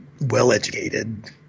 well-educated